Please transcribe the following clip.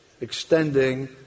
Extending